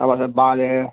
ஆமாம் சார்